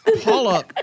Paula